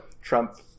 Trump